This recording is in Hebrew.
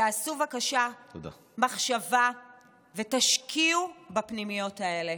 תעשו בבקשה מחשבה ותשקיעו בפנימיות האלה.